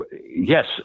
yes